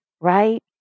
right